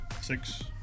Six